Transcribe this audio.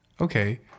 Okay